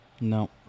No